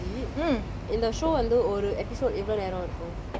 and now in the in the hannibal hannibal actor is it